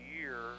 year